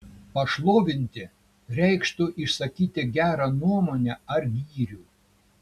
pašlovinti reikštų išsakyti gerą nuomonę ar gyrių